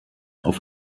auf